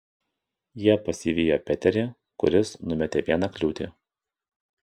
jie pasivijo peterį kuris numetė vieną kliūtį